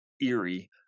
eerie